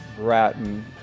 Bratton